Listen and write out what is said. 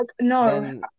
No